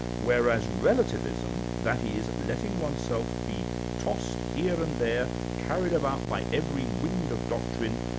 whereas relativism, that is, letting oneself be tossed here and there, carried about by every wind of doctrine,